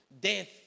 Death